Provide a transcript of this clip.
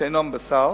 שאינם בסל,